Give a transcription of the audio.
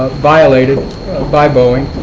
violated by boeing,